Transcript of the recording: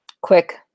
Quick